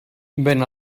ben